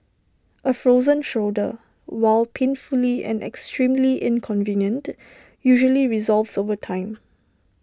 A frozen shoulder while painful and extremely inconvenient usually resolves over time